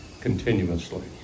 continuously